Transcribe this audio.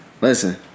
Listen